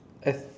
ed